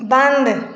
बंद